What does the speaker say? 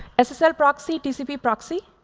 ssl proxy, tcp proxy.